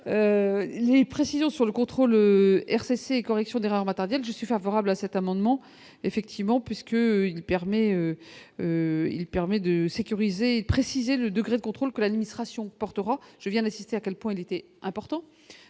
les précisions sur le contrôle RCC correction des rares je suis favorable à cet amendement, effectivement plus. Il permet, il permet de sécuriser. Précise le degré de contrôle que l'administration portera je viens d'assister, à quel point il était important,